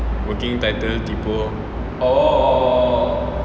working title tipo